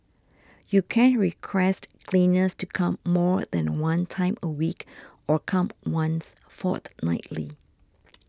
you can request cleaners to come more than one time a week or come once fortnightly